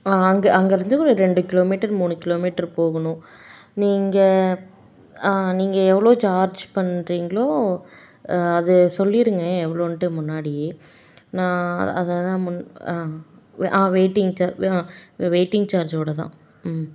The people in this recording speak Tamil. ஆ அங்கே அங்கேருந்து ஒரு ரெண்டு கிலோ மீட்டர் மூணு கிலோ மீட்டர் போகணும் நீங்கள் ஆ நீங்கள் எவ்வளோ சார்ஜ் பண்ணுறீங்களோ அதை சொல்லிடுங்க எவ்வளோன்ட்டு முன்னாடியே நான் அதை தான் முன் ஆ ஆ வெயிட்டிங்க்கு ஆ வெயிட்டிங் சார்ஜோட தான் ம்